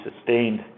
sustained